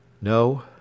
No